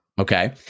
Okay